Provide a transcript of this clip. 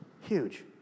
Huge